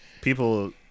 People